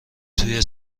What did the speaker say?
توی